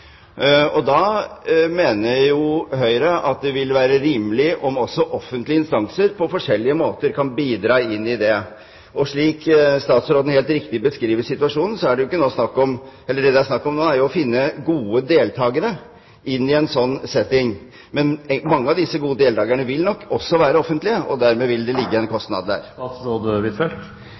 Da mener Høyre at det vil være rimelig om også offentlige instanser på forskjellige måter kan bidra inn i det. Slik statsråden helt riktig beskriver situasjonen, er det det nå er snakk om, å finne gode deltakere inn i en sånn setting. Men mange av disse gode deltakerne vil nok også være offentlige, og dermed vil det ligge en kostnad der.